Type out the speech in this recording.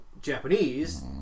Japanese